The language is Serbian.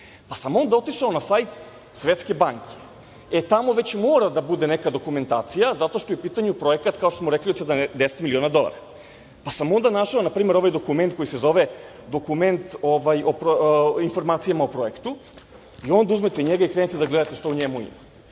sam onda na sajt Svetske banke. E, tamo već mora da bude neka dokumentacija, zato što je u pitanju projekat, kao što smo rekli, od 70 miliona dolara. Pa sam onda našao, na primer, ovaj dokument koji se zove Dokument o informacijama o projektu i onda uzmete njega i krenete da gledate šta u njemu ima.